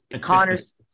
Connors